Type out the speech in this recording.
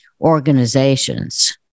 organizations